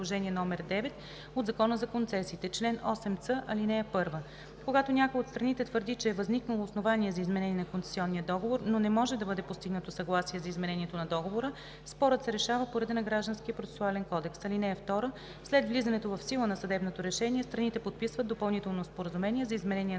приложение № 9 от Закона за концесиите. Чл. 8ц. (1) Когато някоя от страните твърди, че е възникнало основание за изменение на концесионния договор, но не може да бъде постигнато съгласие за изменението на договора, спорът се решава по реда на Гражданския процесуален кодекс. (2) След влизането в сила на съдебното решение страните подписват допълнително споразумение за изменение на договора